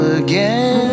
again